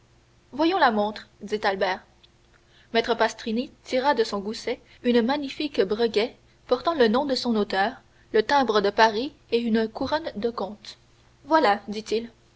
voyons la montre dit albert maître pastrini tira de son gousset une magnifique breguet portant le nom de son auteur le timbre de paris et une couronne de comte voilà dit-il